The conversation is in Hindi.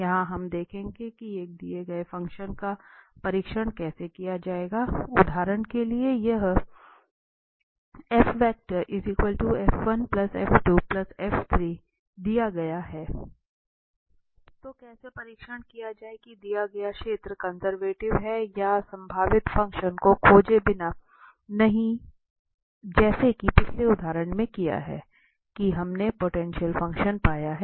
यहां हम देखेंगे कि एक दिए गए फ़ंक्शन का परीक्षण कैसे किया जाए उदाहरण के लिए यह दिया गया हैतो कैसे परीक्षण किया जाए कि दिया गया क्षेत्र कंजर्वेटिव है या संभावित फ़ंक्शन को खोजे बिना नहीं जैसा कि पिछले उदाहरण में किया है कि हमने पोटेंशियल फ़ंक्शन पाया है